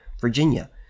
Virginia